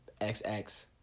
XX